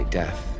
death